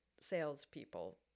salespeople